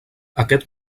aquest